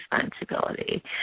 responsibility